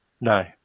No